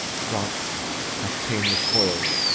france hath ta'en the foil,